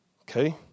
Okay